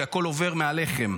כי הכול עובר מעליכם.